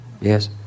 Yes